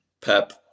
Pep